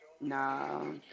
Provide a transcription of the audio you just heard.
No